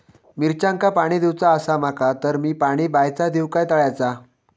मिरचांका पाणी दिवचा आसा माका तर मी पाणी बायचा दिव काय तळ्याचा?